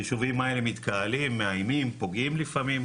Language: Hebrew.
היישובים האלה מתקהלים, מאיימים, פוגעים לפעמים.